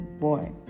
Boy